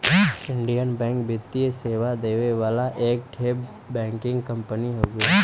Indian bank वित्तीय सेवा देवे वाला एक ठे बैंकिंग कंपनी हउवे